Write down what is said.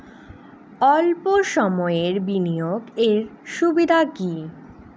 অল্প সময়ের বিনিয়োগ এর সুবিধা কি?